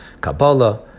Kabbalah